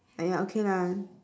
!aiya! okay lah